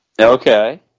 Okay